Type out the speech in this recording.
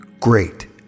Great